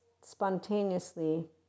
spontaneously